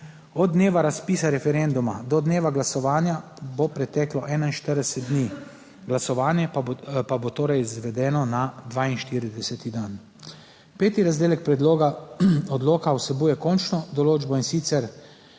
Od dneva razpisa referenduma do dneva glasovanja bo preteklo 41 dni. Glasovanje pa bo torej izvedeno na 42. dan. Peti razdelek predloga odloka vsebuje končno določbo, in sicer,